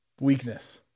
Weakness